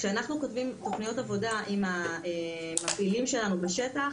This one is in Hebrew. כשאנחנו כותבים תוכניות עבודה עם המפעילים שלנו בשטח,